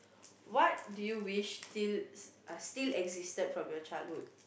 what do you wish still existed from your childhood